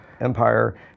Empire